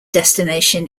destination